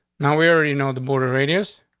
now, we already know the border radius,